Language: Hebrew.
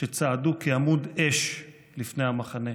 שצעדו כעמוד אש לפני המחנה.